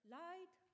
light